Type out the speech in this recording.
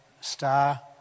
Star